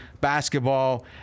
basketball